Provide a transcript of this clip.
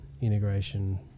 integration